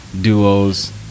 duos